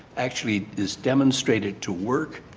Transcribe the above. actually is demonstrated to work.